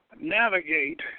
navigate